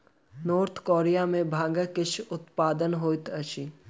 north Korea में भांगक किछ भागक उत्पादन होइत अछि